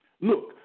look